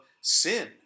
sin